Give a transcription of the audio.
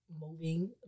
moving